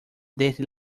desde